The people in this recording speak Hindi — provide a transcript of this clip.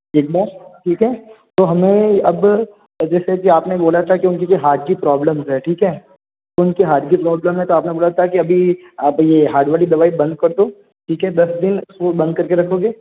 एक बार ठीक है तो हमें अब जैसे कि आपने बोला था कि उनकी जो हार्ट की प्रॉब्लम है ठीक है उनकी हार्ट की प्रॉब्लम है तो आपने बोला था की अभी आप ये हार्ड वाली दवाई बंद कर दो ठीक है दस दिन वो बंद करके रखोगे